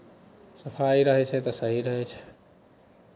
सफाइ रहै छै तऽ सही रहै छै